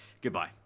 Goodbye